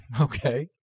Okay